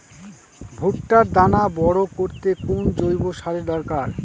ভুট্টার দানা বড় করতে কোন জৈব সারের দরকার?